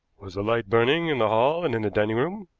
was the light burning in the hall and in the dining-room?